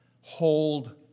Hold